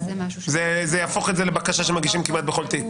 זה יהפוך את זה לבקשה שמגישים כמעט בכל תיק.